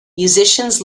musicians